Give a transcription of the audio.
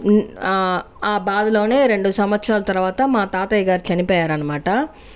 ఆ బాధలోనే రెండు సంవత్సరాల తర్వాత మా తాతయ్యగారు చనిపోయారనమాట